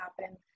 happen